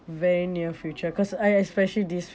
very near future cause I especially these